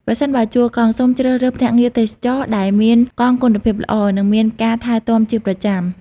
ប្រសិនបើជួលកង់ សូមជ្រើសរើសភ្នាក់ងារទេសចរណ៍ដែលមានកង់គុណភាពល្អ និងមានការថែទាំជាប្រចាំ។